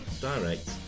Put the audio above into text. direct